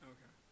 Okay